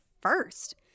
first